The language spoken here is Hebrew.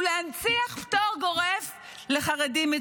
ולהנציח פטור גורף מצה"ל לחרדים?